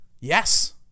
yes